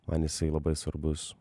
man jisai labai svarbus